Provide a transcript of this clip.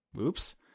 Oops